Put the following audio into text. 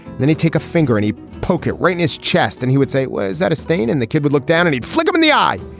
then he take a finger in his pocket right in his chest and he would say was that a stain and the kid would look down and he'd flick them in the eye.